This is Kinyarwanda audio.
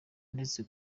ndetse